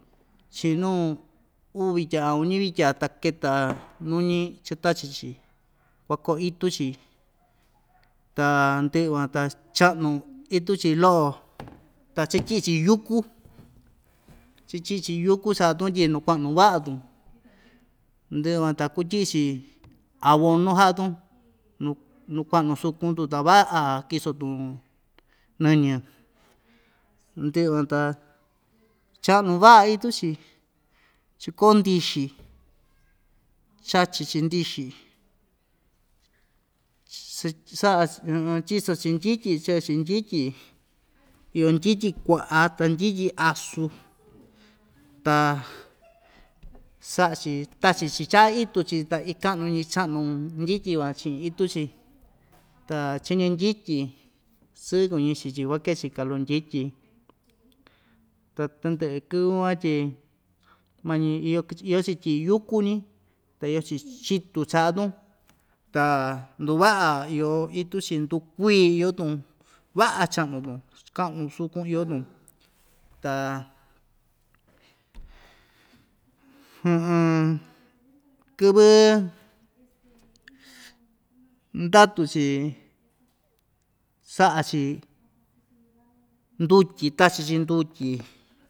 Chi'in nuu uu vitya a uñi vitya ta keta nuñi chatachi‑chi kua‑koo itu‑chi ta ndɨ'ɨ van ta cha'nu itu‑chi lo'o ta chityi'i‑chi yúku chityi'i‑chi yúku cha'a‑tun tyi nukua'nu va'a‑tun ndɨ'ɨ van ta kutyi'i‑chi abono ha'a‑tun nu nukua'nu suku‑tun ta va'a kiso‑tun nɨñɨ ndɨ'ɨ van ta cha'nu va'a itu‑chi chiko ndixi chachi‑chi ndixi tyiso‑chi ndyityi chee‑chi ndyityi iyo ndyityi kua'a ta ndyityi asu ta sa'a‑chi tachi‑chi cha'a itu‑chi ta iin ka'nu‑ñi cha'nu ndyityi van chi'in itu‑chi ta chiñi ndyityi sɨɨ kuñi‑chi tyi kuakee‑chi kalu ndyityi ta tɨndɨ'ɨ kɨvɨ van tyi mañi iyo‑chi tyi'i yúku‑ñi ta iyo‑chi chitu cha'a‑tun ta nduva'a iyo itu‑chi ndukuii iyo‑tun va'a cha'nu‑tun ka'nu sukun iyo‑tun ta kɨvɨ ndatu‑chi sa'a‑chi ndutyi tachi‑chi ndutyi.